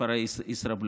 מספרי ישראבלוף,